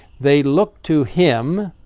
they looked to him,